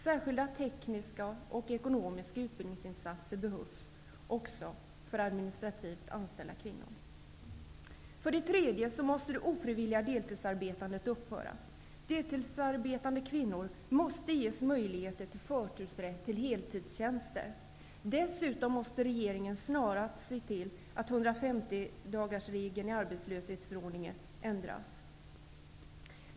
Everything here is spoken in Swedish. Särskilda tekniska och ekonomiska utbildningsinsatser behövs också för administrativt anställda kvinnor. För det tredje måste det ofrivilliga deltidsarbetandet upphöra. Deltidsarbetande kvinnor måste ges möjligheter till förtursrätt till heltidstjänster. Dessutom måste regeringen snarast se till att 150-dagarsregeln i arbetslöshetsförordningen ändras.